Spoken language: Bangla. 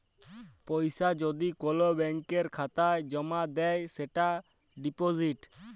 পয়সা যদি কল ব্যাংকের খাতায় জ্যমা দেয় সেটা ডিপজিট